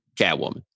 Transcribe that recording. Catwoman